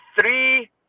three